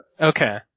Okay